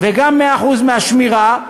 וגם 100% השמירה,